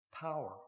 power